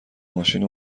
ماشین